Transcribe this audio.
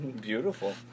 beautiful